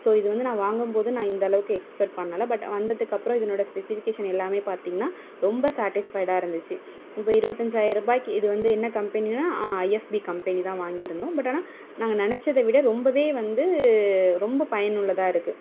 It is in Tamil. ஸோ இது வந்து நான் வாங்கும்போது நான் இந்தளவுக்கு எக்ஸ்பெக்ட் பண்ணலை பட் வந்ததுக்கப்புறம் இதனோடய ஸ்பெசிஃபிகேஷன் எல்லாமே பார்த்திங்கன்னா ரொம்ப சாட்டிஸ்ஃபைடாக இருந்துச்சு இப்போ இருபத்தஞ்சாயரூபாக்கி இது வந்து என்ன கம்பெனினா ஐஎஃப்பி கம்பெனி தான் வாங்கியிருந்தோம் பட் ஆனால் நாங்கள் நெனைச்சத விட ரொம்பவே வந்து ரொம்ப பயனுள்ளதாக இருக்குது